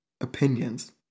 opinions